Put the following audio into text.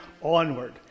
onward